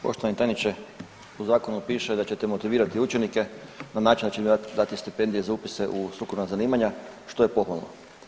Poštovani tajniče u zakonu piše da ćete motivirati učenike na način da ćete im dati stipendije za upise u strukovna zanimanja što je pohvalno.